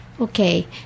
Okay